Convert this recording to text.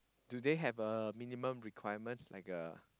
do they have a minimum requirement like a